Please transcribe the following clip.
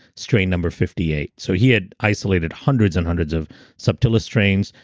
strain number fifty eight. so he had isolated hundreds and hundreds of subtilis strains,